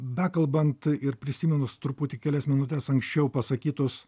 bekalbant ir prisiminus truputį kelias minutes anksčiau pasakytus